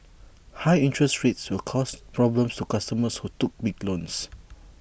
high interest rates will cause problems to customers who took big loans